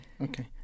okay